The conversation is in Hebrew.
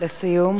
לסיום.